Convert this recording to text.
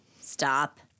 Stop